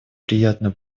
приятно